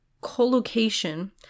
collocation